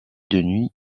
denis